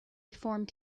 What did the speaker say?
formed